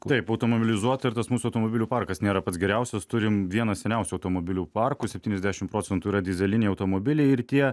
taip automobilizuota ir tas mūsų automobilių parkas nėra pats geriausias turim vieną seniausių automobilių parkų septyniasdešimt procentų yra dyzeliniai automobiliai ir tie